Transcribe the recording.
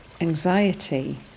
anxiety